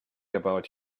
about